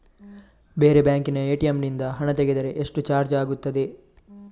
ಬೇರೆ ಬ್ಯಾಂಕಿನ ಎ.ಟಿ.ಎಂ ನಿಂದ ಹಣ ತೆಗೆದರೆ ಎಷ್ಟು ಚಾರ್ಜ್ ಆಗುತ್ತದೆ?